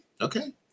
Okay